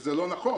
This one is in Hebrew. וזה לא נכון,